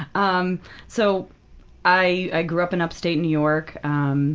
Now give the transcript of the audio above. um so i i grew up in upstate new york.